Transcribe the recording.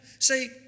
Say